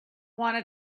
wanna